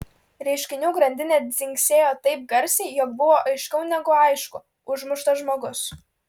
reiškinių grandinė dzingsėjo taip garsiai jog buvo aiškiau negu aišku užmuštas žmogus